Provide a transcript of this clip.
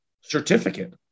certificate